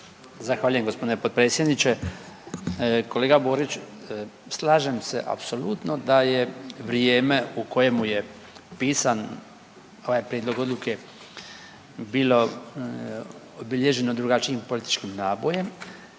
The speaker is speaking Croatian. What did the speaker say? Zahvaljujem g. potpredsjedniče. Kolega Borić, slažem se apsolutno da je vrijeme u kojemu je pisan ovaj prijedlog odluke bilo obilježeno drugačijim političkim nabojem